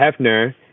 Hefner